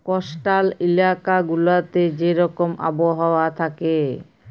coastal ইলাকা গুলাতে যে রকম আবহাওয়া থ্যাকে